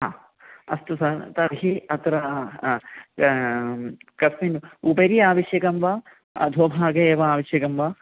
हा अस्तु सः तर्हि अत्र कस्मिन् उपरि आवश्यकं वा अधोभागे एव आवश्यकं वा